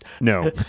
no